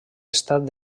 estat